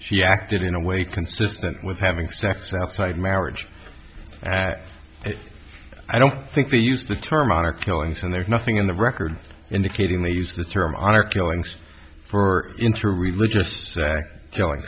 she acted in a way consistent with having sex outside marriage i don't think they used the term honor killings and there's nothing in the record indicating they used the term honor killings for interreligious